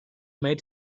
made